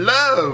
Love